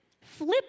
flip